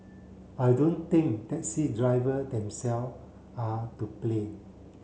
I don't think taxi driver themselves are to blame